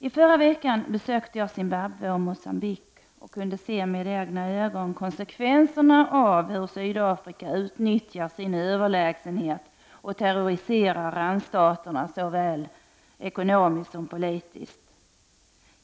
I förra veckan besökte jag Zimbabwe och Mogambique och kunde då med egna ögon se konsekvenserna av hur Sydafrika utnyttjar sin överlägsenhet och terroriserar randstaterna såväl ekonomiskt som politiskt.